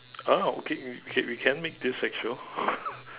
ah okay we can we can make this sexual